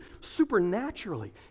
supernaturally